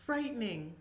Frightening